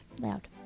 loud